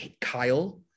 kyle